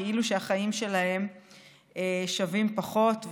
כאילו שהחיים שלהם שווים פחות,